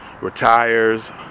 Retires